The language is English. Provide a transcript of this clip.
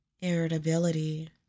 irritability